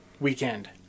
weekend